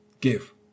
Give